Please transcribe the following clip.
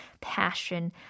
passion